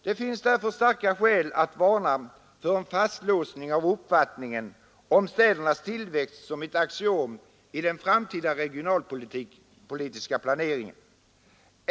Det föreligger därför starka skäl att varna för en fastlåsning av uppfattningen om städernas tillväxt som ett axiom i den framtida regionalpolitiska planeringen.